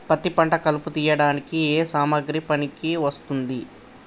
పత్తి పంట కలుపు తీయడానికి ఏ సామాగ్రి పనికి వస్తుంది?